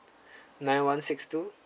nine one six two